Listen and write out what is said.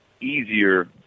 easier